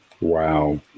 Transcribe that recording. wow